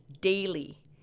daily